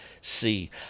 see